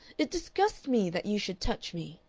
it disgusts me that you should touch me.